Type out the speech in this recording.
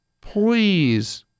please